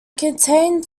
contained